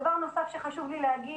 דבר נוסף שחשוב לי לומר,